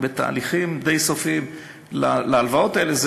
אנחנו בתהליכים די סופיים להלוואות האלה.